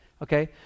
Okay